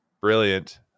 brilliant